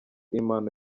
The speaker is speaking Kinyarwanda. impano